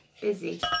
Busy